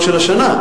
המבוטח,